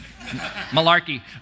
malarkey